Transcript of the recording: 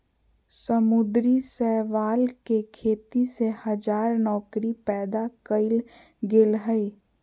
समुद्री शैवाल के खेती से हजार नौकरी पैदा कइल गेल हइ